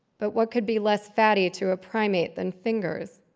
but what could be less fatty to a primate than fingers?